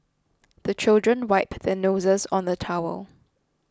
the children wipe their noses on the towel